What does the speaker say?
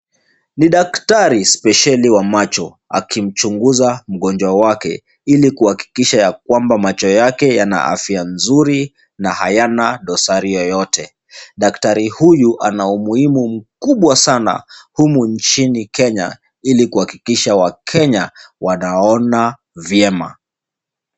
Ni daktari spesheli wa macho akimchunguza mgonjwa wake, ili kuhakikisha yakwamba macho yake yana afya nzuri na hayana dosari yoyote. Daktari huyu ana umuhimu mkubwa sana humu nchini Kenya, ili kuhakikisha wakenya wanaona vyema.